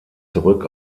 zurück